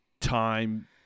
time